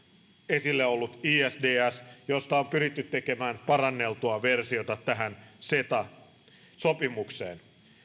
esillä josta on pyritty tekemään paranneltua versiota tähän ceta sopimukseen perusongelma